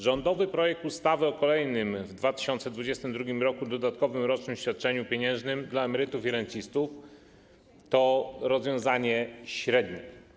Rządowy projekt ustawy o kolejnym w 2022 r. dodatkowym rocznym świadczeniu pieniężnym dla emerytów i rencistów to rozwiązanie średnie.